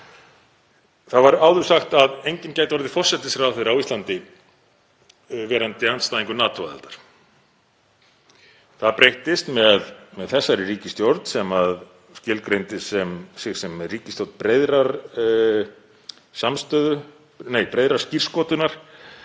Það var áður sagt að enginn gæti orðið forsætisráðherra á Íslandi verandi andstæðingur NATO-aðildar. Það breyttist með þessari ríkisstjórn sem skilgreindi sig sem ríkisstjórn breiðrar skírskotunar